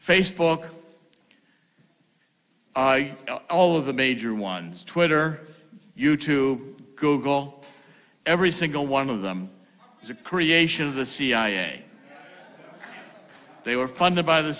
facebook all of the major ones twitter you to google every single one of them is a creation of the cia they were funded by the